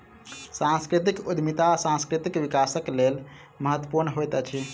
सांस्कृतिक उद्यमिता सांस्कृतिक विकासक लेल महत्वपूर्ण होइत अछि